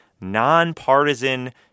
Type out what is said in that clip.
nonpartisan